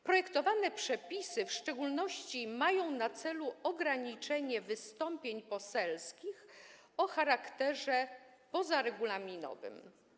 Projektowane przepisy w szczególności mają na celu ograniczenie wystąpień poselskich o charakterze pozaregulaminowym.